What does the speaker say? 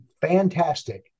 fantastic